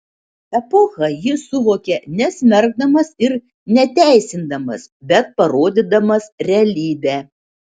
epochą jis suvokia nesmerkdamas ir neteisindamas bet parodydamas realybę